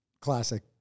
classic